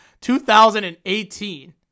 2018